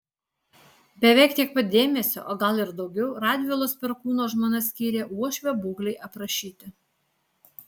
beveik tiek pat dėmesio o gal ir daugiau radvilos perkūno žmona skyrė uošvio būklei aprašyti